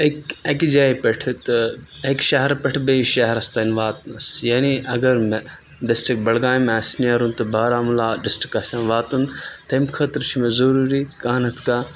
اَکہِ اَکہِ جایہِ پٮ۪ٹھٕ تہٕ اَکہِ شَہرٕ پٮ۪ٹھ بیٚیِس شَہرَس تانۍ واتنَس یعنی اگر مےٚ ڈِسٹرک بڈگامہِ آسہِ نیرُن تہٕ بارمولہ ڈِسٹرک آسٮ۪م واتُن تمہِ خٲطرٕ چھُ مےٚ ضروٗری کانٛہہ نَتہٕ کانٛہہ